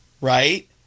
Right